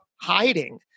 hiding